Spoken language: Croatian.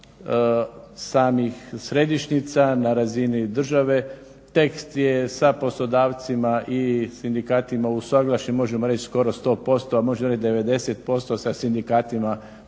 središnjica na razini države, tekst je sa poslodavcima i sindikatima usuglašen možemo reći skoro 100%, a možemo reći 90% sa sindikatima skoro